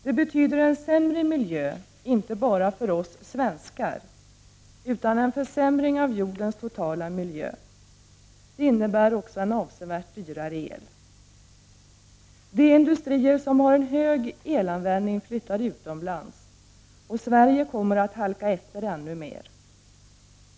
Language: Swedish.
Det betyder en sämre miljö inte bara för oss svenskar, utan en försämring av jordens totala miljö. Det innebär också en avsevärt dyrare el. De industrier som har en stor elanvändning flyttar utomlands, och Sverige kommer att halka efter ännu mer.